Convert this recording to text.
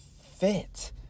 fit